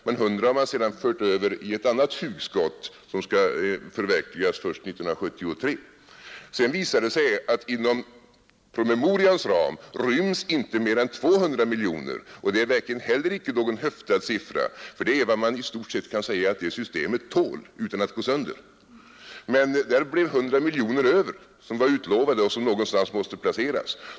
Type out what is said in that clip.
Men 100 har man sedan fört över till ett annat hugskott som skall förverkligas först 1973. Sedan visar det sig att inom promemorians ram ryms inte mer än 200 miljoner, och det är verkligen inte heller någon höftad siffra — det är i stort sett vad man kan säga att det systemet tål utan att gå sönder. Men där blev 100 miljoner över som var utlovade och som någonstans måste placeras.